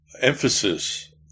emphasis